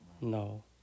no